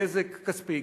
נזק כספי,